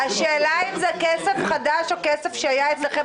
השאלה אם זה כסף חדש או כסף שהיה אצלכם